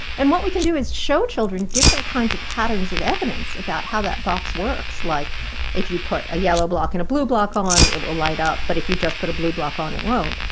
and what we can do is show children different kinds of patterns of evidence about how that box works, like if you put a yellow block and a blue block um on, it will light up, but if you just put a blue block on, it won't.